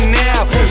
now